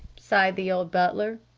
sighed the old butler.